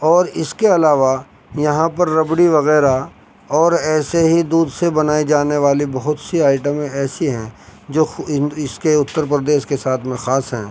اور اس کے علاوہ یہاں پر ربڑی وغیرہ اور ایسے ہی دودھ سے بنائے جانے والی بہت سی آئٹمیں ایسی ہیں جو اس کے اتر پردیش کے ساتھ میں خاص ہیں